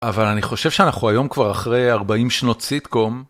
אבל אני חושב שאנחנו היום כבר אחרי 40 שנות סיטקום.